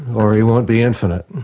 or he won't be infinite.